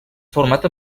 format